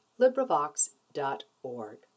LibriVox.org